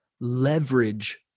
Leverage